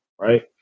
Right